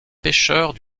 pêcheurs